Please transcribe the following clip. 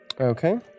Okay